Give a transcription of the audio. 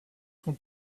son